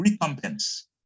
recompense